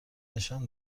نشان